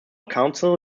council